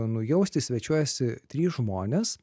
nujausti svečiuojasi trys žmonės